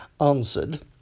answered